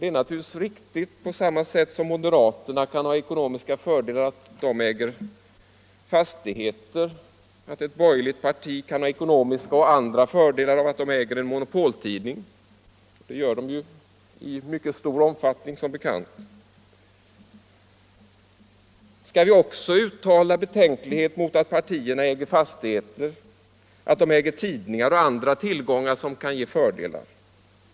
Det är naturligtvis riktigt, på samma sätt som moderaterna kan ha ekonomiska fördelar av att de äger fastigheter, på samma sätt som ett borgerligt parti kan ha ekonomiska och andra fördelar av att det äger en monopoltidning. Det gör de i mycket stor omfattning som bekant. Skall vi också uttala betänkligheter mot att partierna äger fastigheter, tidningar och andra tillgångar som kan ge fördelar?